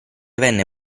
venne